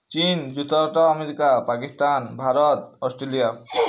ଚୀନ୍ ଯୁକ୍ତରାଷ୍ଟ୍ର America Pakistan Bharat Australia